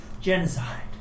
genocide